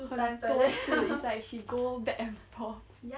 很多次 it's like she go back and forth